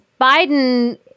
Biden